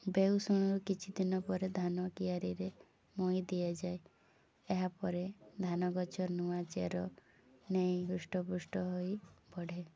ବେଉ ଶୁଣ କିଛି ଦିନ ପରେ ଧାନ କିଆରୀରେ ମଇ ଦିଆଯାଏ ଏହାପରେ ଧାନ ଗଛ ନୂଆ ଚାର ନେଇ ହୃଷ୍ଟ ପୃଷ୍ଟ ହୋଇ ବଢ଼େ